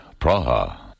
Praha